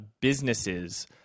businesses